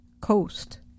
coast